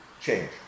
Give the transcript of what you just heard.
change